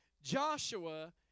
Joshua